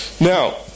Now